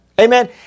Amen